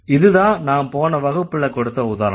இதுதான் நான் போன வகுப்புல கொடுத்த உதாரணம்